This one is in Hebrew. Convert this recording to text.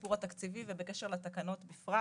לסיפור התקציבי ובקשר לתקנות בפרט.